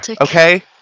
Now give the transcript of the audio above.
okay